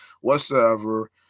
whatsoever